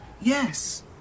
Yes